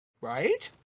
right